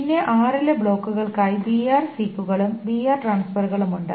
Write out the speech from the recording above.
പിന്നെ r ലെ ബ്ലോക്കുകൾക്കായി br സീക്കുകളും br ട്രാൻസ്ഫറുകളും ഉണ്ട്